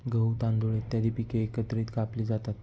गहू, तांदूळ इत्यादी पिके एकत्र कापली जातात